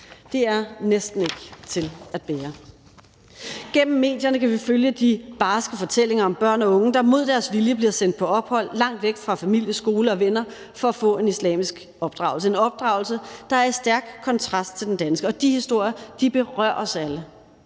Det er næsten ikke til at bære. Igennem medierne kan vi følge de barske fortællinger om børn og unge, der mod deres vilje bliver sendt på ophold langt væk fra familie, skole og venner for at få en islamisk opdragelse – en opdragelse, der er i stærk kontrast til den danske. Og de historier berører os alle.